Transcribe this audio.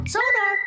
Sonar